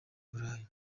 burayi